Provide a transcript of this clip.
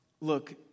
Look